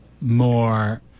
more